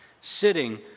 sitting